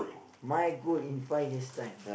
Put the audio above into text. my goal in five years' time